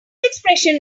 expression